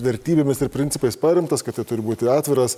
vertybėmis ir principais paremtas kad tai turi būti atviras